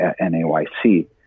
NAYC